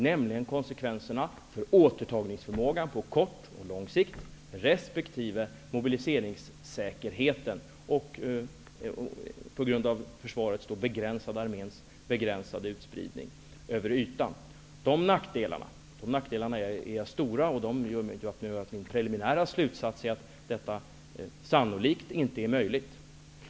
Jag tänker på konsekvenserna för återtagningsförmågan på kort och lång sikt resp. mobiliseringssäkerheten, på grund av arméns då begränsade utspridning över ytan. De nackdelarna är stora, och de gör att min preliminära slutsats är att idén sannolikt inte är möjlig att genomföra.